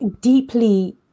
deeply